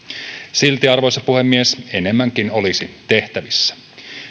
silti arvoisa puhemies enemmänkin olisi tehtävissä